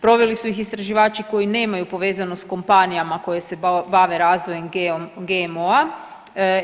Proveli su ih istraživači koji nemaju povezanost s kompanijama koje se bave razvojem GMO-a.